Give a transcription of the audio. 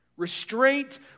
Restraint